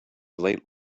late